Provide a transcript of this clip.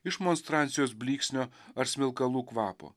iš monstrancijos blyksnio ar smilkalų kvapo